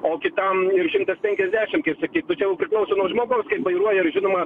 o kitam šimtas penkiasdešim kaip sakyt nu čia jau priklauso nuo žmogaus vairuoja ir žinoma